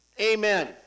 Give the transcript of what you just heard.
amen